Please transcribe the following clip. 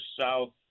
south